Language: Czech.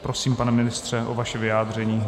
Prosím, pane ministře, o vaše vyjádření.